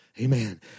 Amen